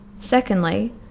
Secondly